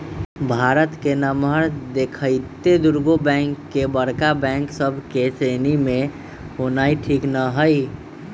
भारत के नमहर देखइते दुगो बैंक के बड़का बैंक सभ के श्रेणी में होनाइ ठीक न हइ